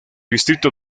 distrito